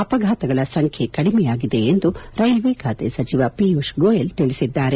ಅಪಘಾತಗಳ ಸಂಖ್ಯೆ ಕಡಿಮೆಯಾಗಿದೆ ಎಂದು ರೈಲ್ವೆ ಖಾತೆಯ ಸಚಿವ ಪಿಯೂಷ್ ಗೋಯಲ್ ತಿಳಿಸಿದ್ದಾರೆ